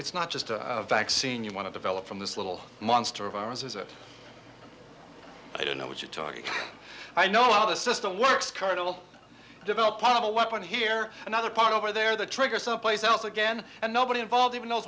it's not just a vaccine you want to develop from this little monster a virus is it i don't know what you're talking i know how the system works kernel developers have a weapon here another part over there the trigger someplace else again and nobody involved even knows